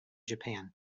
japan